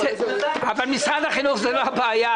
אבל משרד החינוך הוא לא הבעיה.